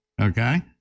okay